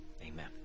Amen